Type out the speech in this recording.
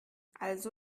also